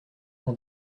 mon